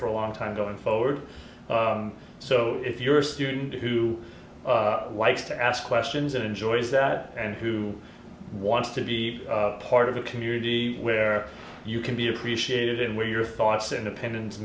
for a long time going forward so if you're a student who likes to ask questions and enjoys that and who wants to be part of a community where you can be appreciated and where your thoughts and opinions